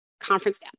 conference